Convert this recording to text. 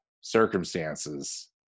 circumstances